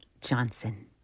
Johnson